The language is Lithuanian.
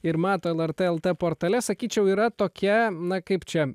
ir mato lrt lt portale sakyčiau yra tokia na kaip čia